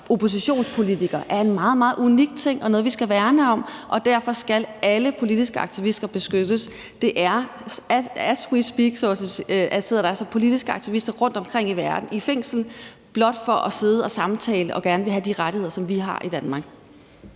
oppositionspolitikere, er en meget, meget unik ting og noget, vi skal værne om. Derfor skal alle politiske aktivister beskyttes. As we speak, så at sige, sidder der altså rundtomkring i verden politiske aktivister i fængsel blot for at sidde og samtale og gerne ville have de rettigheder, som vi har i Danmark.